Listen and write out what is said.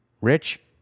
Rich